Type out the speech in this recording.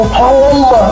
home